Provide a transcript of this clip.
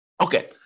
Okay